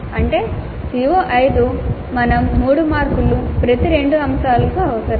అంటే CO5 మేము 3 మార్కులు ప్రతి రెండు అంశాలను అవసరం